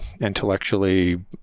intellectually